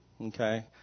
Okay